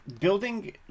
building